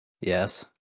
Yes